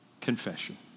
confession